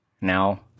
Now